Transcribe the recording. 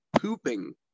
pooping